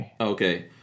okay